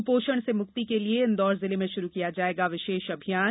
कुपोषण से मुक्ति के लिए इन्दौर जिले में शुरू किया जायेगा विशेष अभियान